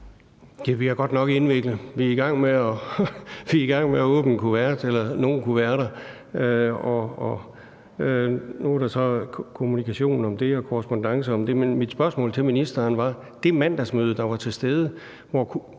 bliver godt nok indviklet. Vi er i gang med at åbne en kuvert eller nogle kuverter, og nu er der så kommunikation om det og korrespondance om det. Men mit spørgsmål til ministeren var: Foregik det mandagsmøde, der var,